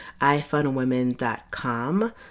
ifunwomen.com